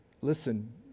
listen